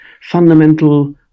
fundamental